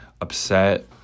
upset